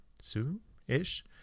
soon-ish